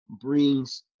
brings